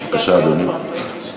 בבקשה, אדוני.